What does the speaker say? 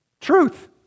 truth